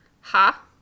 Ha